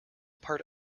part